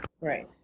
Right